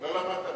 לא למדת מספיק.